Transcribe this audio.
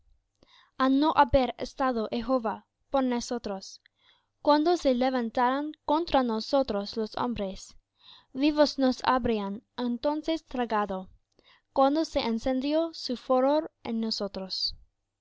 a no haber estado jehová por nosotros cuando se levantaron contra nosotros los hombres vivos nos habrían entonces tragado cuando se encendió su furor en nosotros